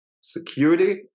security